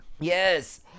Yes